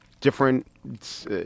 different